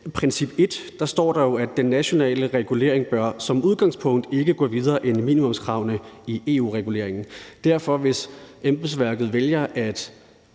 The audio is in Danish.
princip et står der jo, at den nationale regulering som udgangspunkt ikke bør gå videre end minimumskravene i EU-reguleringen. Derfor, hvis embedsværket vælger at